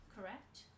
correct